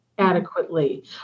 Adequately